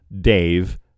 Dave